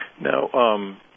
Now